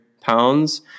pounds